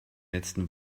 letzten